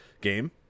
game